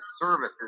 services